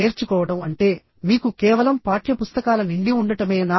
నేర్చుకోవడం అంటే మీకు కేవలం పాఠ్యపుస్తకాల నిండి ఉండటమేనా